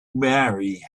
marry